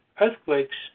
Earthquakes